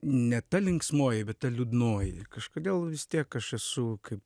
ne ta linksmoji bet ta liūdnoji kažkodėl vis tiek aš esu kaip